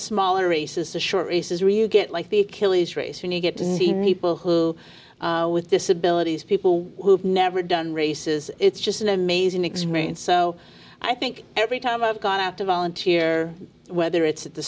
smaller races the short races really get like the achilles race when you get to people who with disabilities people who've never done races it's just an amazing experience so i think every time i've gone out to volunteer whether it's at the